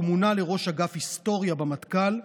הוא מונה לראש אגף היסטוריה במטכ"ל,